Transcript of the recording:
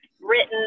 written